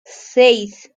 seis